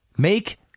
Make